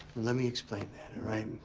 let me explain that, alright?